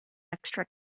extra